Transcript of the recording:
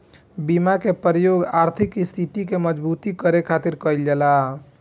बीमा के प्रयोग आर्थिक स्थिति के मजबूती करे खातिर कईल जाला